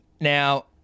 Now